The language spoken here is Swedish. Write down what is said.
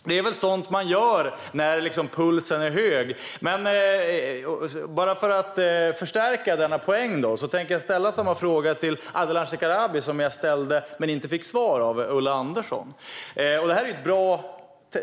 Det är väl sådant man gör när pulsen är hög. För att förstärka min poäng tänker jag ställa samma fråga till Ardalan Shekarabi som jag ställde till Ulla Andersson men inte fick svar på.